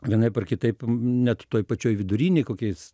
vienaip ar kitaip net toj pačioj vidurinėje kokiais